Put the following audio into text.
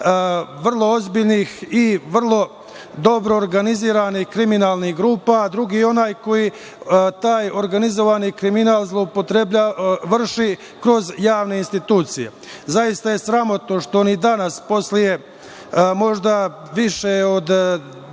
vrlo ozbiljnih i vrlo dobro organizovanih kriminalnih grupa. Drugi je onaj koji taj organizovani kriminal vrši kroz javne institucije. Zaista je sramotno što ni danas, posle možda više od 15